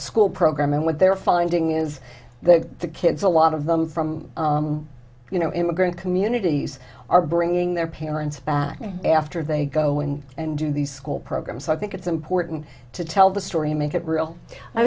school program and what they're finding is the kids a lot of them from you know immigrant communities are bringing their parents back after they go in and do these school programs so i think it's important to tell the story make it real i